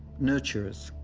nurturers,